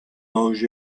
those